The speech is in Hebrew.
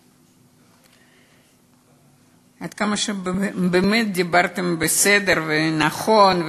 עד כמה שבאמת דיברתם בסדר ונכון,